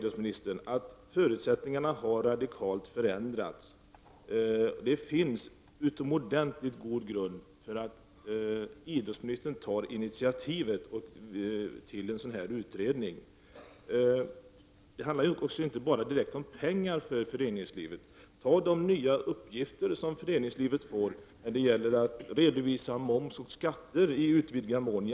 Förutsättningarna har radikalt förändrats, idrottsministern. Det finns en utomordentligt god grund för att idrottsministern tar initiativ till en utredning. Det handlar inte bara om pengar till föreningslivet. Man kan ta som exempel de nya uppgifter som föreningslivet får när det gäller att redovisa moms och skatter i utvidgad mån.